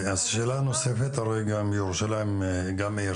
שאלה נוספת: הרי ירושלים היא עיר